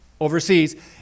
overseas